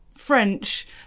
French